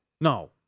No